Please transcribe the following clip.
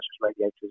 radiators